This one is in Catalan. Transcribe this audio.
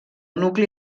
nucli